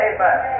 Amen